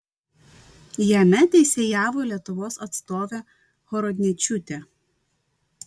jame teisėjavo lietuvos atstovė horodničiūtė